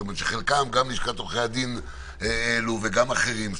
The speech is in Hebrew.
שגם לשכת עורכי הדין וגם אחרים העלו.